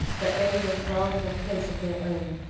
that they may dwell in a place of their own,